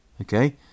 Okay